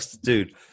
dude